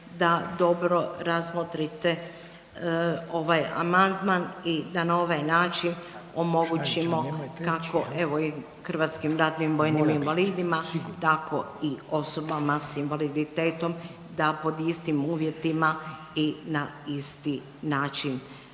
da dobro razmotrite ovaj amandman i da na ovaj način omogućimo kako hrvatskim ratnim vojnim invalidima tako i osobama s invaliditetom da pod istim uvjetima i na isti način